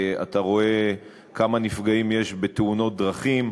אתה רואה כמה נפגעים יש בתאונות דרכים,